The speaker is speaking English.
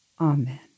Amen